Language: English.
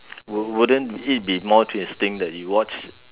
would wouldn't it be more interesting that you watched